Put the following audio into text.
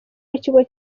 w’ikigo